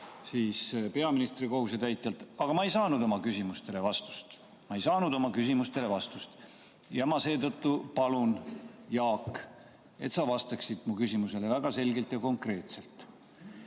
ka peaministri kohusetäitjalt, aga ma ei saanud oma küsimustele vastust. Ma ei saanud oma küsimustele vastust. Seetõttu ma palun, Jaak, et sa vastaksid mu küsimusele väga selgelt ja konkreetselt: